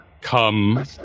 come